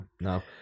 no